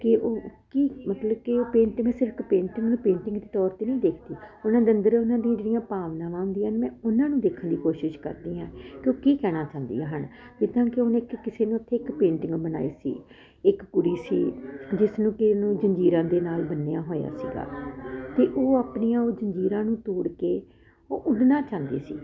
ਤੇ ਉਹ ਕੀ ਉਹ ਪੇਂਟਿੰਗ ਸਿਰਫ ਇੱਕ ਪੇਂਟਿੰਗ ਦੇ ਤੌਰ ਤੇ ਨਹੀਂ ਦੇਖੀ ਉਹਨਾਂ ਦੇ ਅੰਦਰ ਉਹਨਾਂ ਦੀਆਂ ਜਿਹੜੀਆਂ ਭਾਵਨਾਵਾਂ ਹੁੰਦੀਆਂ ਹਨ ਮੈਂ ਉਹਨਾਂ ਨੂੰ ਦੇਖਣ ਦੀ ਕੋਸ਼ਿਸ਼ ਕਰਦੀ ਆ ਕੀ ਉਹ ਕੀ ਕਹਿਣਾ ਚਾਹੁੰਦੀਆਂ ਹਨ ਜਿੱਦਾਂ ਕਿ ਉਹਨੇ ਕਿਸੇ ਨੂੰ ਇੱਕ ਪੇਂਟਿੰਗ ਬਣਾਈ ਸੀ ਇੱਕ ਕੁੜੀ ਸੀ ਜਿਸਨੂੰ ਕਿਨੂੰ ਜੰਜੀਰਾ ਦੇ ਨਾਲ ਬੰਨਿਆ ਹੋਇਆ ਸੀਗਾ ਤੇ ਉਹ ਆਪਣੀਆਂ ਉਹ ਜੰਜੀਰਾਂ ਨੂੰ ਤੋੜ ਕੇ ਉਹ ਉੱਡਣਾ ਚਾਹੁੰਦੀ ਸੀ